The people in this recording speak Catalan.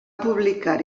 publicar